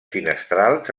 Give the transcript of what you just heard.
finestrals